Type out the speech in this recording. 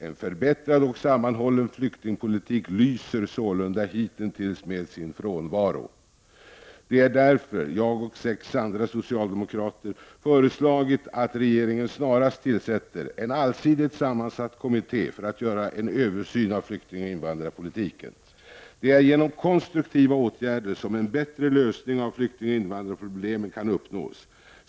En förbättrad och sammanhållen flyktingpolitik lyser sålunda hitintills med sin frånvaro. Det är därför jag och sex andra socialdemokratiska motionärer föreslagit att regeringen snarast tillsätter en allsidigt sammansatt kommitté för att göra en översyn av flyktingoch invandrarpolitiken. Det är genom konstruktiva åtgärder som en bättre lösning av flyktingoch invandrarproblemen kan uppnås.